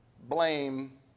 blame